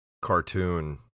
cartoon